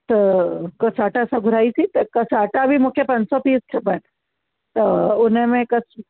त कसाटा असां घुराइसीं त कसाटा बि मूंखे पंज सौ पीस खपनि त हुनमें क